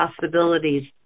possibilities